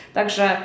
Także